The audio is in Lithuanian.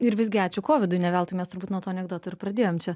ir visgi ačiū kovidui neveltui mes turbūt nuo tų anekdotų ir pradėjom čia